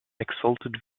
exalted